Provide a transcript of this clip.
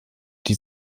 die